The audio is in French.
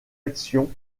actions